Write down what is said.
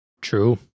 True